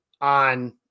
on